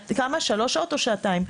של שלוש שעות או שעתיים,